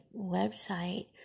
website